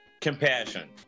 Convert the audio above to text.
compassion